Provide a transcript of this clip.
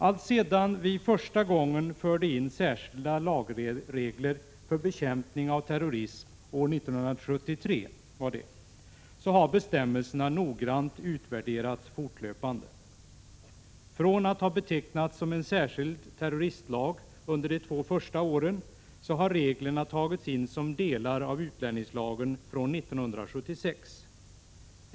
Alltsedan vi första gången förde in särskilda lagregler för bekämpning av terrorism, år 1973, har bestämmelserna noggrant utvärderats fortlöpande. Från att ha betecknats som en särskild terroristlag under de två första åren har reglerna tagits in som delar av utlänningslagen från 1976.